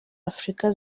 afurika